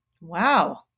Wow